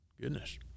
Goodness